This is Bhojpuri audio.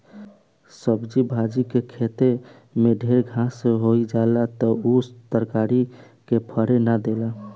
सब्जी भाजी के खेते में ढेर घास होई जाला त उ तरकारी के फरे ना देला